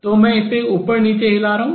तो मैं इसे ऊपर नीचे हिला रहा हूँ